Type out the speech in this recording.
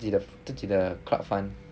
自己的自己的 club fund